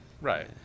Right